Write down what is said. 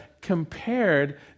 compared